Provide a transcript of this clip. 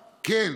כן,